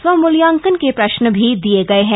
स्वमूल्यांकन के प्रश्न भी दिए गए हैं